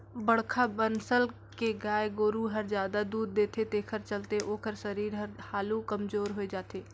बड़खा बनसल के गाय गोरु हर जादा दूद देथे तेखर चलते ओखर सरीर हर हालु कमजोर होय जाथे